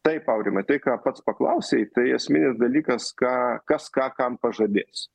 taip aurimai tai ką pats paklausei tai esminis dalykas ką kas ką kam pažadės